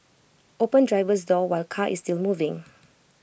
open driver's door while car is still moving